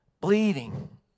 bleeding